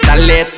Dale